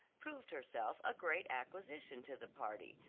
proved herself a great acquisition to the party,